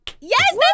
Yes